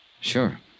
Sure